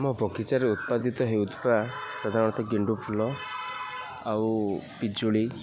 ମୋ ବଗିଚାରେ ଉତ୍ପାଦିତ ହେଉଥିବା ସାଧାରଣତଃ ଗେଣ୍ଡୁ ଫୁଲ ଆଉ ପିଜୁଳି